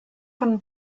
von